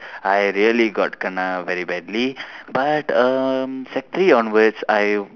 I really got kena very badly but um sec three onwards I